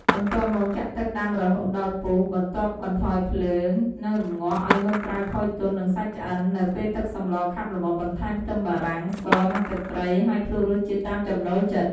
បន្ទាប់មក ចាក់ទឹកដាំរហូតដល់ពុះ បន្ទាប់បន្ថយភ្លើង និងរម្ងាស់ឱ្យមើមត្រាវផុយទន់ និងសាច់ឆ្អិន នៅពេលទឹកសម្លខាប់ល្មម បន្ថែមខ្ទឹមបារាំង ស្ករ និងទឹកត្រី ហើយភ្លក្សរសជាតិតាមចំណូលចិត្ត។